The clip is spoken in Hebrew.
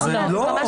לא, רק